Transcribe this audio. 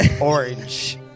orange